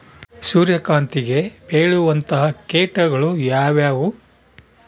ಸೂರ್ಯಕಾಂತಿಗೆ ಬೇಳುವಂತಹ ಕೇಟಗಳು ಯಾವ್ಯಾವು?